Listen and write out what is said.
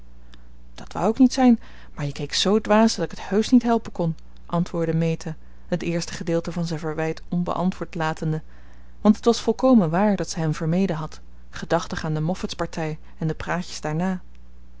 dat wou ik niet zijn maar je keek zoo dwaas dat ik het heusch niet helpen kon antwoordde meta het eerste gedeelte van zijn verwijt onbeantwoord latende want het was volkomen waar dat ze hem vermeden had gedachtig aan de moffatspartij en de praatjes daarna